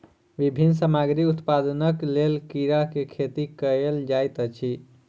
विभिन्न सामग्री उत्पादनक लेल कीड़ा के खेती कयल जाइत अछि